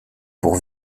pour